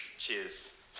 Cheers